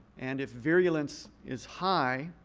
and if virulence is high,